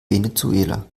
venezuela